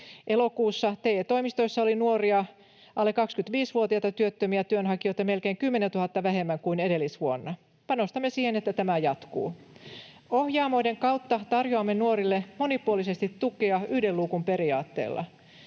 Elokuussa TE-toimistoissa oli nuoria, alle 25-vuotiaita työttömiä työnhakijoita melkein 10 000 vähemmän kuin edellisvuonna. Panostamme siihen, että tämä jatkuu. Ohjaamoiden kautta tarjoamme nuorille monipuolisesti tukea yhden luukun periaatteella.